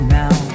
now